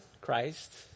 Christ